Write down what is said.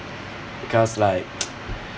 because like